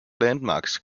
landmarks